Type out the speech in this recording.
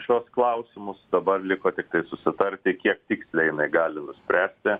šiuos klausimus dabar liko tiktai susitarti kiek tiksliai jinai gali nuspręsti